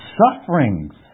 sufferings